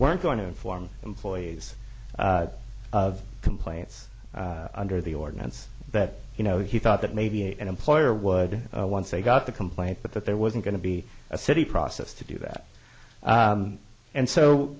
weren't going to inform employees of complaints under the ordinance that you know he thought that maybe an employer would once they got the complaint but that there wasn't going to be a city process to do that and so